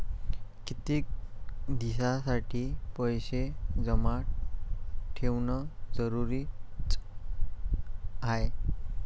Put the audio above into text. कितीक दिसासाठी पैसे जमा ठेवणं जरुरीच हाय?